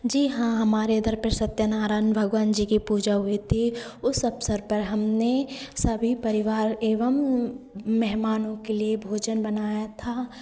जी हाँ हमारे घर पर सत्यनारायण भगवान जी की पूजा हुई थी उस अवसर पर हमने सभी परिवार एवं मेहमानों के लिए भोजन बनाया था